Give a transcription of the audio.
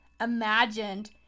imagined